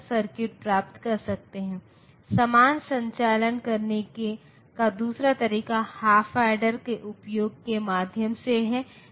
अगर मैं n7 के बराबर के लिए जाता हूं तो उस स्थिति में मैं ऋण 2 का घात 6 से 2 का घात 6 माइनस 1 का प्रतिनिधित्व कर सकता हूं